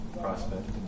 prospect